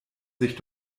sich